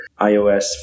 ios